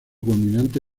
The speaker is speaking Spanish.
culminante